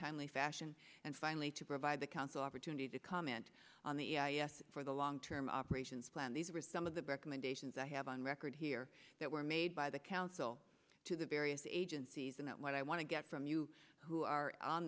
timely fashion and finally to provide the council opportunity to comment on the yes for the long term operations plan these were some of the recommendations i have on record here that were made by the council to the various agencies and what i want to get from you who are on